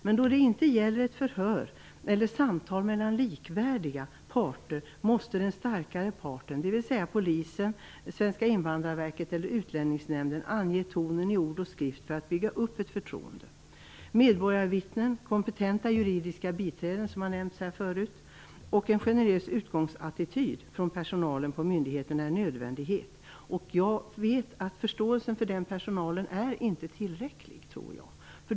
Men då det inte gäller ett förhör eller ett samtal mellan likvärdiga parter måste den starkare parten, dvs. Polisen, Statens invandrarverk eller Utlänningsnämnden ange tonen i ord och skrift för att bygga upp ett förtroende. Medborgarvittnen, kompetenta juridiska biträden, som har nämnts här förut, och en generös utgångsattityd från personalen på myndigheten är en nödvändighet. Jag vet att förståelsen för den personalen inte är tillräcklig.